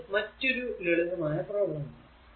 ഇത് മറ്റൊരു ലളിതമായ പ്രോബ്ലം ആണ്